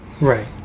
right